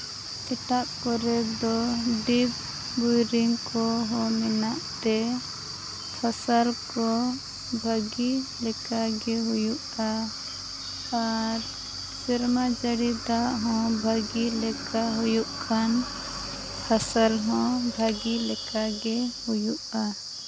ᱮᱴᱟᱜ ᱠᱚᱨᱮ ᱫᱚ ᱰᱤᱯ ᱵᱚᱨᱤᱝ ᱠᱚᱦᱚᱸ ᱢᱮᱱᱟᱜ ᱛᱮ ᱯᱷᱟᱥᱟᱞ ᱠᱚ ᱵᱷᱟᱹᱜᱤ ᱞᱮᱠᱟ ᱜᱮ ᱦᱩᱭᱩᱜᱼᱟ ᱟᱨ ᱥᱮᱨᱢᱟ ᱡᱟᱹᱲᱤ ᱫᱟᱜ ᱦᱚᱸ ᱵᱷᱟᱹᱜᱤ ᱞᱮᱠᱟ ᱦᱩᱭᱩᱜ ᱠᱷᱟᱱ ᱯᱷᱟᱥᱟᱞ ᱦᱚᱸ ᱵᱷᱟᱹᱜᱤ ᱞᱮᱠᱟ ᱜᱮ ᱦᱩᱭᱩᱜᱼᱟ